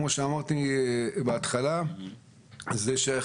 כמו שאמרתי בראשית דבריי,